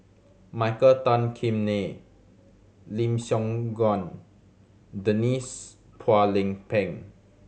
Michael Tan Kim Nei Lim Siong Guan Denise Phua Lay Peng